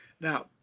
Now